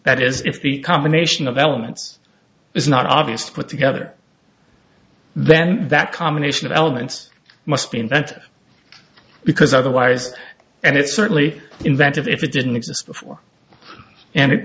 that is if the combination of elements is not obvious to put together then that combination of elements must be invented because otherwise and it's certainly inventive if it didn't exist before and it